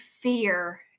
fear